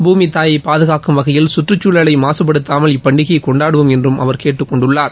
பூமி தாயை பாதுகாக்கும் வகையில் சுற்றுச்சூழலை மாசுப்படுத்தாமல் இப்பண்டிகையை கொண்டாடுவோம் என்றும் அவர் கேட்டுக்கொண்டுள்ளார்